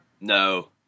No